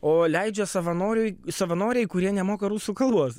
o leidžia savanoriui savanoriai kurie nemoka rusų kalbos